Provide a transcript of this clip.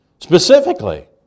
Specifically